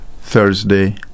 Thursday